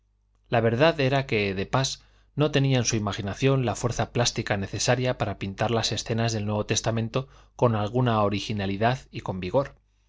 la verdad era que de pas no tenía en su imaginación la fuerza plástica necesaria para pintar las escenas del nuevo testamento con alguna originalidad y con vigor